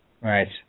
Right